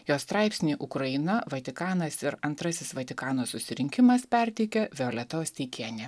jo straipsnį ukraina vatikanas ir antrasis vatikano susirinkimas perteikia violeta osteikienė